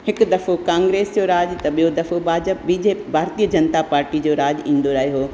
हिकु दफ़ो कांग्रेस जो राॼु त ॿियों दफ़ो भाजप बी जे भारतीय जनता पाटी जो राॼु ईंदड़ु आयो हुओ